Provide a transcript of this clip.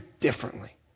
differently